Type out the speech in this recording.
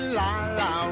la-la